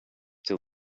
till